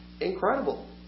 incredible